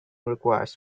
requires